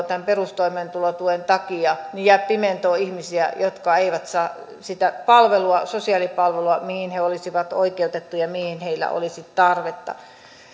tämän perustoimeentulotuen takia jää jonnekin pimentoon ihmisiä jotka eivät saa sitä palvelua sosiaalipalvelua mihin he olisivat oikeutettuja ja mihin heillä olisi tarvetta